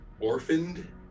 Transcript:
orphaned